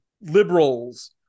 liberals